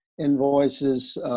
invoices